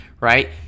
right